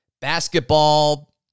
Basketball